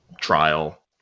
trial